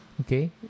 okay